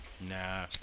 Nah